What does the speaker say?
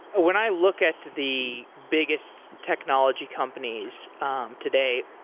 when i look at the biggest technology companies um today,